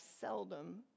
seldom